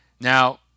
Now